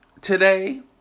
today